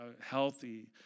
healthy